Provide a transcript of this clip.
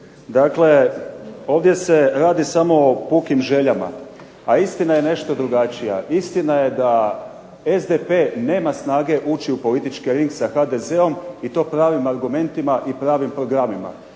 Dakle, ovdje se radi samo o pukim željama, a istina je nešto drugačija. Istina je da SDP nema snage ući u politički ring sa HDZ-om i to pravim argumentima i pravim programima.